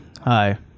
Hi